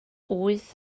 wyth